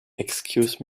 excuse